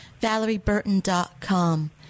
ValerieBurton.com